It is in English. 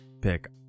pick